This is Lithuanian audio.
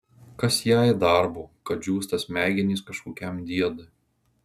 kas jai darbo kad džiūsta smegenys kažkokiam diedui